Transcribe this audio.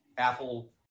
Apple